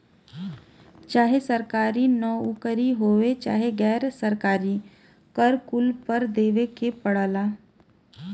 चाहे सरकारी नउकरी होये चाहे गैर सरकारी कर कुल पर देवे के पड़ला